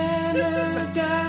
Canada